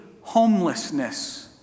homelessness